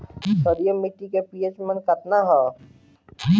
क्षारीय मीट्टी का पी.एच मान कितना ह?